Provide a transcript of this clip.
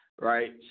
Right